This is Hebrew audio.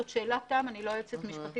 זאת שאלת תם אני לא יועצת משפטית.